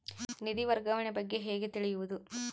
ನಿಧಿ ವರ್ಗಾವಣೆ ಬಗ್ಗೆ ಹೇಗೆ ತಿಳಿಯುವುದು?